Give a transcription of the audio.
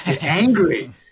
angry